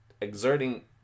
exerting